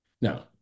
Now